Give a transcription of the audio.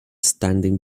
standing